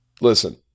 listen